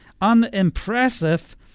unimpressive